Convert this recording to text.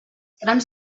trams